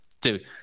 dude